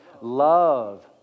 Love